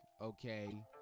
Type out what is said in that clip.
Okay